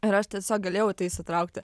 ir aš tiesiog galėjau išsitraukti